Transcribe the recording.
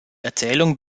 erzählung